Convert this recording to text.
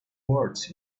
words